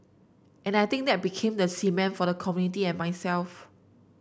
and I think that became the cement for the community and myself